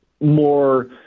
more